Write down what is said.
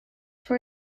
for